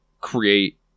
create